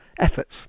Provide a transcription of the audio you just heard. efforts